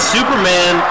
Superman